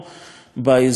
באזור באר-שבע,